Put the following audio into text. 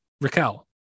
Raquel